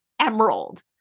emerald